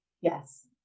Yes